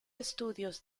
estudios